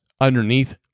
underneath